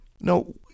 No